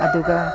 ꯑꯗꯨꯒ